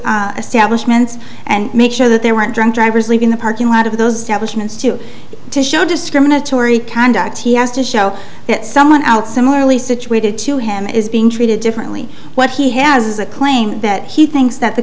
establishments and make sure that they weren't drunk drivers leaving the parking lot of those two to show discriminatory conduct he has to show that someone out similarly situated to him is being treated differently what he has is a claim that he thinks that the